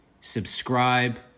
subscribe